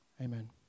amen